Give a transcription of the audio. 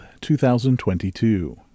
2022